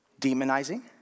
Demonizing